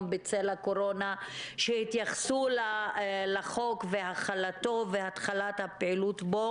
בצל הקורונה התייחסו לחוק והחלתו והתחלת הפעילות שלו.